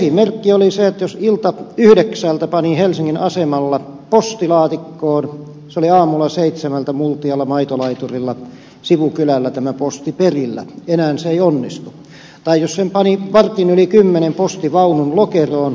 esimerkki oli se että jos iltayhdeksältä pani helsingin asemalla postilaatikkoon aamulla seitsemältä multialla maitolaiturilla sivukylällä tämä posti oli perillä enää se ei onnistu tai jos sen pani vartin yli kymmenen postivaunun lokeroon sama tilanne